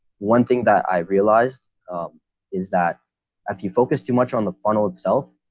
one thing that i realized is that if you focus too much on the funnel itself,